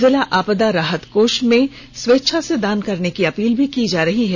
जिला आपदा राहत कोष में स्वेच्छा से दान करने की अपील भी की जा रही है